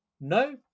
No